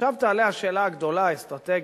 עכשיו תעלה השאלה הגדולה, האסטרטגית: